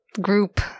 group